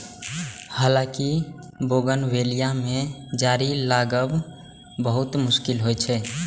हालांकि बोगनवेलिया मे जड़ि लागब बहुत मुश्किल होइ छै